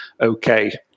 okay